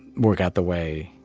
work out the way,